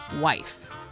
wife